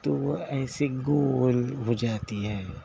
تو وہ ایسے گول ہو جاتی ہے